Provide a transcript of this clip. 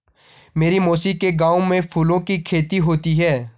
मेरी मौसी के गांव में फूलों की खेती होती है